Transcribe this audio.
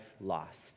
lost